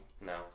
no